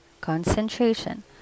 Concentration